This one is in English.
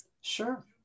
Sure